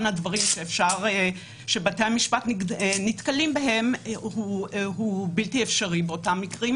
המקרים שבתי המשפט נתקלים בהם הן קטנות בהרבה.